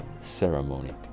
ceremony